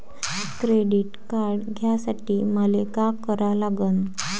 Credit card घ्यासाठी मले का करा लागन?